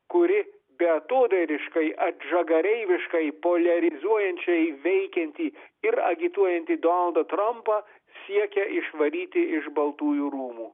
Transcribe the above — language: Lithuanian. kuri beatodairiškai atžagareiviškai poliarizuojančiai veikiantį ir agituojantį donaldą trampą siekia išvaryti iš baltųjų rūmų